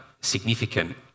significant